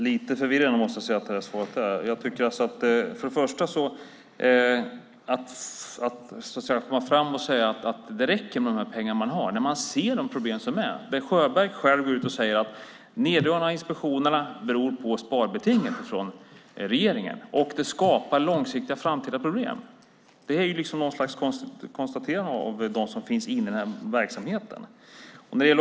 Herr talman! Jag måste säga att det här svaret var lite förvirrande. Hur kan man säga att det räcker med de pengar man har när man ser de problem som finns? Sjöberg har själv sagt att neddragningarna av antalet inspektioner beror på sparbetinget från regeringen. Det skapar långsiktiga framtida problem. Det är ett konstaterade av dem som finns inne i den här verksamheten.